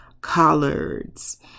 collards